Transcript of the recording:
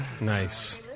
nice